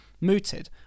mooted